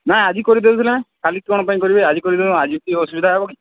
ନାଇଁ ଆଜି କରିଦିଅନ୍ତୁନା କାଲିକି କ'ଣ ପାଇଁ କରିବେ ଆଜି କରିଦିଅନ୍ତୁ ଆଜିକି ଅସୁବିଧା ହେବ କି